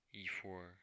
e4